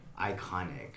iconic